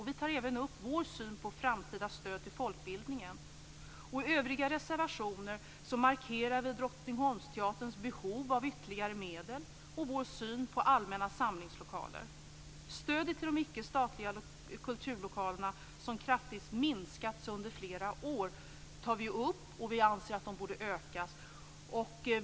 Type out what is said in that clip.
Vi tar även upp vår syn på framtida stöd till folkbildningen, och i övriga reservationer markerar vi Drottningholmsteaterns behov av ytterligare medel och vår syn på allmänna samlingslokaler. Vi anser att stödet till icke statliga kulturlokaler, som kraftigt har minskats under flera år, borde öka.